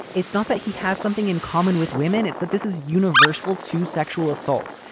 it's not that he has something in common with women. it's that this is universal to sexual assaults,